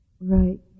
Right